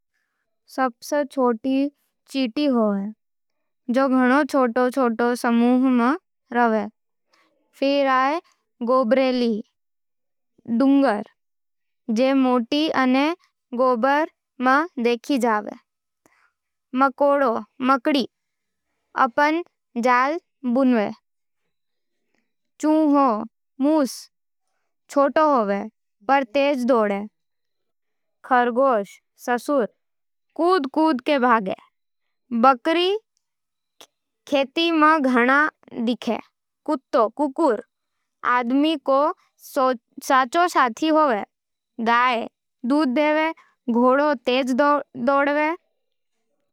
सबसे छोटो चींटी एंट होवे, जे घणा छोटे-छोटे समूह मं रहवे। फेर आयो गोबरैला डुंगर, जे मोटी अने गोबर मं देखे जावे। मकोड़ी मकड़ी अपन जाल बुनवे। चूहा मूस छोटो होवे, पर तेज दौड़े। खरगोश ससुर कूद-कूद के भागे। बकरी बकरी खेती मं घणा दिखे। कुकुर आदमी को सांची साथी होवे। गया दूध देवि। घोड़ों तेज दौड़वे।